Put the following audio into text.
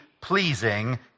pleasing